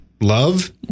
love